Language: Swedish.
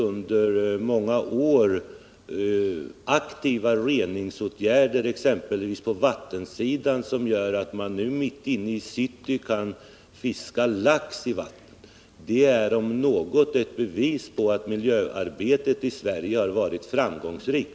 Under många år har aktiva reningsåtgärder vidtagits, exempelvis på vattensidan, vilka gjort att man nu kan fiska lax i vattnen mitt inne i city. Detta, om något, är väl bevis på att miljöarbetet i Sverige har varit framgångsrikt.